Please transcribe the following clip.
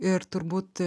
ir turbūt